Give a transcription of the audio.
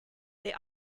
they